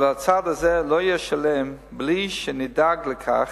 אבל הצעד הזה לא יהיה שלם בלי שנדאג לכך